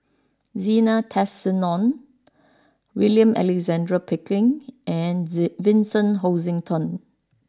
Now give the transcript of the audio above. Zena Tessensohn William Alexander Pickering and Vincent Hoisington